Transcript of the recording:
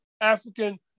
African